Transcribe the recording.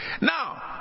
Now